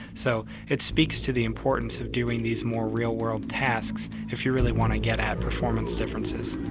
so it speaks to the importance of doing these more real-world tasks if you really want to get at performance differences.